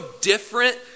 different